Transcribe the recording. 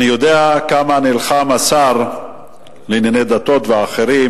אני יודע כמה נלחמו השר לענייני דתות ואחרים